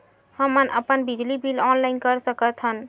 हमन अपन बिजली बिल ऑनलाइन कर सकत हन?